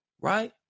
right